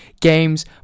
games